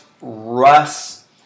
Russ